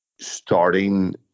starting